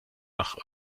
nach